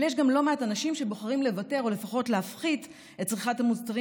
אבל יש גם לא מעט אנשים שבוחרים לוותר או לפחות להפחית את צריכת המוצרים